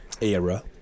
era